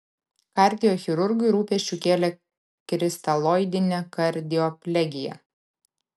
kardiochirurgui rūpesčių kėlė kristaloidinė kardioplegija